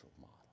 model